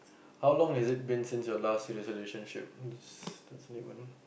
how long has it been since your last relationship this doesn't even